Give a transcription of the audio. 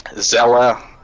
Zella